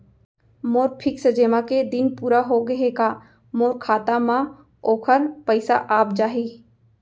मोर fix जेमा के दिन पूरा होगे हे का मोर खाता म वोखर पइसा आप जाही?